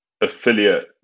affiliate